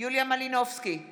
יוליה מלינובסקי קונין,